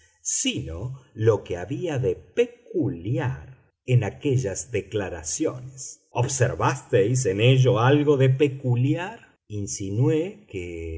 sino lo que había de peculiar en aquellas declaraciones observasteis en ello algo de peculiar insinué que